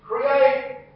create